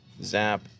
Zap